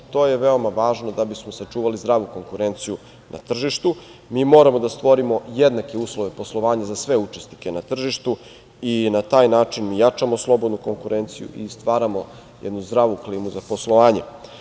To je veoma važno da bismo sačuvali zdravu konkurenciju na tržištu mi moramo da stvorimo jednake uslove poslovanja za sve učesnike na tržištu i na taj način jačamo slobodnu konkurenciju i stvaramo jednu zdravu klimu za poslovanje.